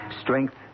Strength